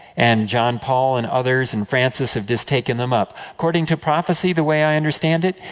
and john paul, and others, and francis have just taken them up. according to prophecy, the way i understand it,